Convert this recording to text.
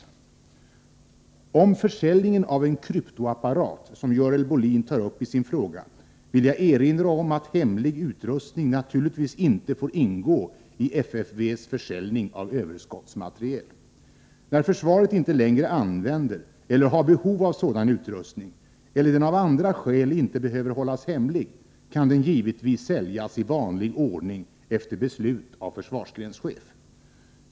Vad gäller försäljningen av en kryptoapparat, som Görel Bohlin tar upp i sin fråga, vill jag erinra om att hemlig utrustning naturligtvis inte får ingå i FFV:s försäljning av överskottsmateriel. När försvaret inte längre använder eller har behov av sådan utrustning, eller den av andra skäl inte behöver hållas hemlig, kan den givetvis säljas i vanlig ordning efter beslut av försvarsgrenschef.